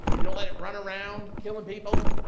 you don't let it run around killing people,